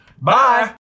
Bye